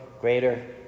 greater